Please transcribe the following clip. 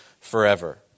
forever